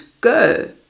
go